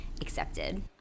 accepted